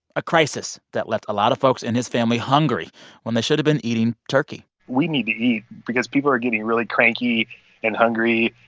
a crisis that left a lot of folks in his family hungry when they should have been eating turkey we need to eat because people are getting really cranky and hungry,